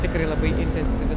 tikrai labai intensyvi